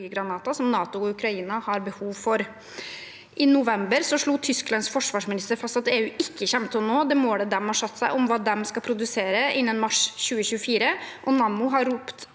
som NATO og Ukraina har behov for. I november slo Tysklands forsvarsminister fast at EU ikke kommer til å nå det målet de har satt seg om hva de skal produsere innen mars 2024, og Nammo har ropt